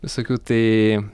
visokių tai